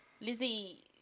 Lizzie